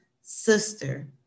sister